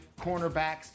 cornerbacks